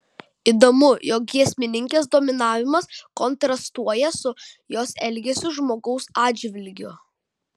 įdomu jog giesmininkės dominavimas kontrastuoja su jos elgesiu žmogaus atžvilgiu